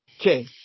Okay